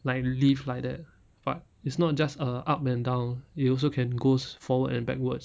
like lift like that but it's not just a up and down you also can goes forward and backwards